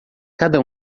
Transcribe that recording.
cada